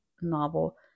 novel